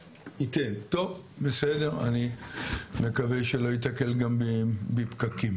יגיע, טוב, אני מקווה שלא יתקל גם בפקקים,